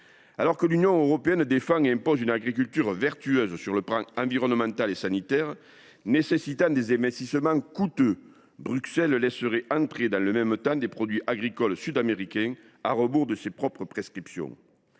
Alors que l’Union européenne défend et impose une agriculture vertueuse sur le plan environnemental et sanitaire nécessitant des investissements coûteux, Bruxelles laisserait entrer dans le même temps des produits agricoles sud américains, à rebours de ses propres prescriptions.